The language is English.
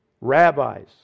rabbis